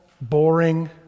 boring